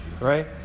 right